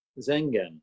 Zengen